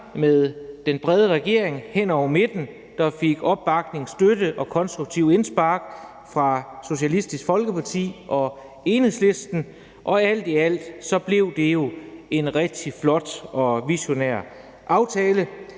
med den brede regering hen over midten, der fik opbakning, støtte og konstruktive indspark fra Socialistisk Folkeparti og Enhedslisten, og alt i alt blev det jo en rigtig flot og visionær aftale.